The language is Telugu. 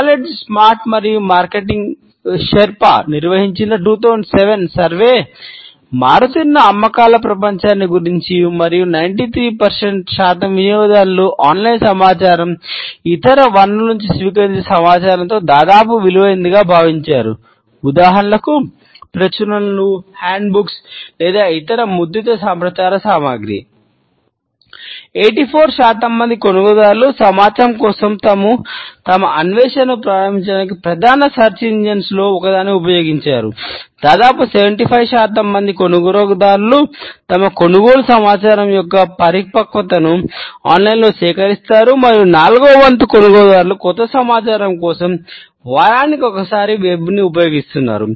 నాలెడ్జ్ స్టార్మ్ మరియు మార్కెటింగ్ షెర్పా ఉపయోగిస్తున్నారు